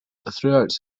throughout